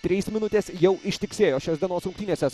trys minutės jau ištiksėjo šios dienos rungtynėse